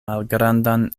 malgrandan